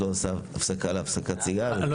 ששלחו לי,